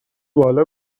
بالا